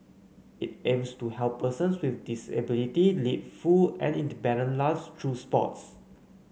it aims to help persons with disability lead full and independent lives through sports